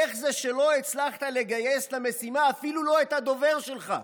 איך זה שלא הצלחת לגייס למשימה אפילו לא את הדובר שלך?